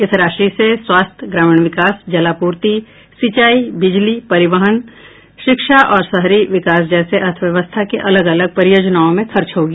इस राशि से स्वास्थ्य ग्रामीण विकास जलापूर्ति सिंचाई बिजली परिवहन शिक्षा और शहरी विकास जैसे अर्थव्यवस्था के अलग अलग परियोजनाओं में खर्च होगी